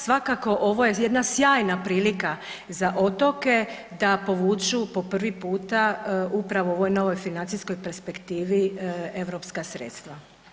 Svakako ovo je jedna sjajna prilika za otoke da povuku po prvi puta u ovoj novoj financijskoj perspektivi europska sredstva.